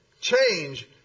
Change